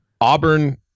Auburn